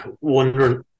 wondering